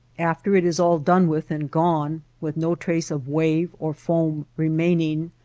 after it is all done with and gone, with no trace of wave or foam remaining,